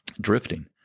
drifting